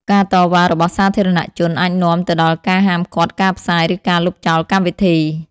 ការតវ៉ារបស់សាធារណៈជនអាចនាំទៅដល់ការហាមឃាត់ការផ្សាយ ឬការលុបចោលកម្មវិធី។